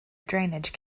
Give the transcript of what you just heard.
drainage